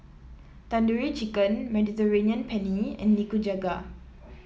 Tandoori Chicken Mediterranean Penne and Nikujaga